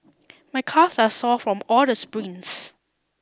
my calves are sore from all the sprints